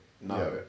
no